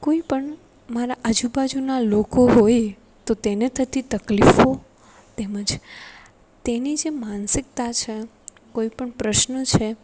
કોઈ પણ મારા આજુ બાજુના લોકો હોય તો તેને થતી તકલીફો તેમજ તેની જે માનસિકતા છે કોઈ પણ પ્રશ્ન છે